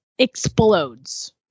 explodes